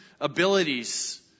abilities